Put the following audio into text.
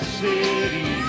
city